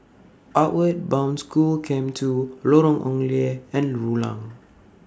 Outward Bound School Camp two Lorong Ong Lye and Rulang